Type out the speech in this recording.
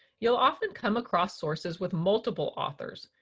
you'll often come across sources with multiple authors,